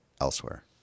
elsewhere